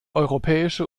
europäische